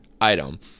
item